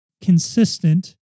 consistent